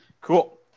Cool